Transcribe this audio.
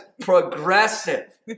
Progressive